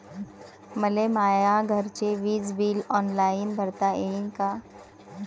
मले माया घरचे विज बिल ऑनलाईन भरता येईन का?